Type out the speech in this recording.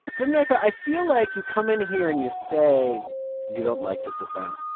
but domenico, i feel like you come in here and you say you don't like this event,